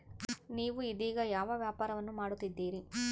ನೇವು ಇದೇಗ ಯಾವ ವ್ಯಾಪಾರವನ್ನು ಮಾಡುತ್ತಿದ್ದೇರಿ?